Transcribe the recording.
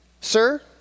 Sir